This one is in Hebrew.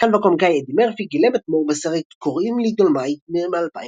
השחקן והקומיקאי אדי מרפי גילם את מור בסרט "קוראים לי דולמייט" מ־2019.